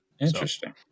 Interesting